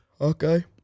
Okay